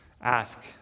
Ask